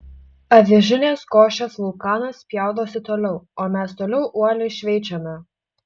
avižinės košės vulkanas spjaudosi toliau o mes toliau uoliai šveičiame